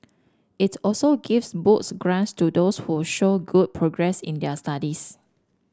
it also gives books grants to those who show good progress in their studies